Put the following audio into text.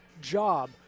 job